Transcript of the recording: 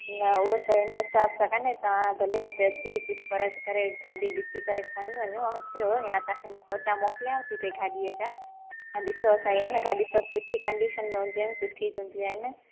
न उहो त हिन हिसाब सा काने तव्हां भले हिते अची कुछ फर्क करे ॻाॾी ॾिसी करे खणीं वञो अचो या मां तव्हांखे फोटा मोकलयांव ती ॻाॾी ॼा तव्हां ॾिसो सही आ न ॻाॾयू सब सुठी कंडीशन में हुंदी आहिन सुठी हूंदियूं आहिन